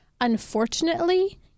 unfortunately